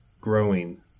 growing